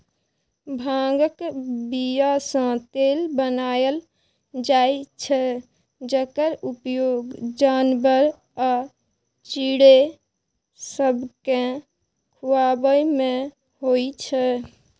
भांगक बीयासँ तेल बनाएल जाइ छै जकर उपयोग जानबर आ चिड़ैं सबकेँ खुआबैमे होइ छै